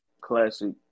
classic